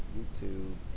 YouTube